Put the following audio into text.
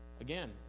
again